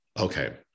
Okay